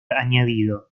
añadido